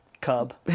cub